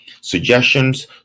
suggestions